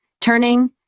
Turning